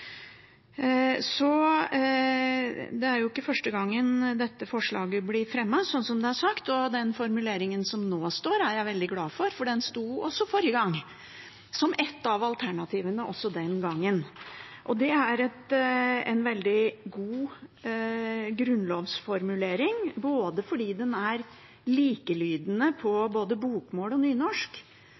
Det er jo ikke første gangen dette forslaget blir fremmet, som det er sagt. Den formuleringen som nå står, er jeg veldig glad for, for den sto også forrige gang, som et av alternativene den gangen. Det er en veldig god grunnlovsformulering fordi den er likelydende på både bokmål og nynorsk,